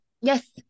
Yes